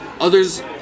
others